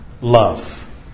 love